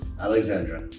Alexandra